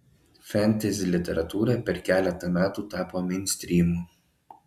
fentezi literatūra per keletą metų tapo meinstrymu